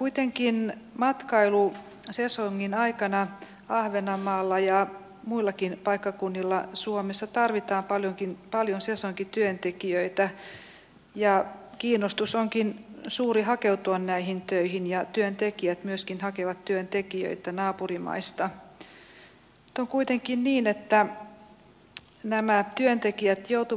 i dag är det enbart nationella system som sköter pant och uppsamling av burkar och pet flaskor vilket medför bland annat att man inte kan panta i finland köpta burkar i